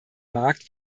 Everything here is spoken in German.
markt